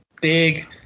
big